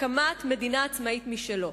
הקמת מדינה עצמאית משלו.